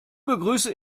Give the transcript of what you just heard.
begrüße